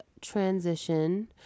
transition